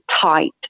tight